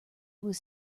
was